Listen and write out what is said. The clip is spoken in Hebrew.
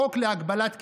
החוק להגבלת כהונה,